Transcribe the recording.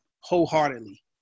wholeheartedly